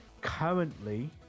Currently